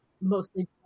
mostly